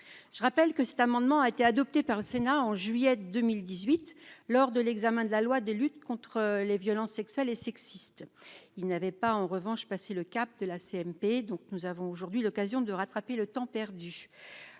je rappelle que cet amendement a été adopté par le Sénat en juillet 2018 lors de l'examen de la loi de lutte contre les violences sexuelles et sexistes, il n'avait pas en revanche passer le cap de la CMP, donc nous avons aujourd'hui l'occasion de rattraper le temps perdu,